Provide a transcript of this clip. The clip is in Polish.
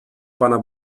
pana